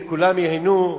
וכולם ייהנו,